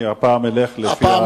אני הפעם אלך לפי התקנון.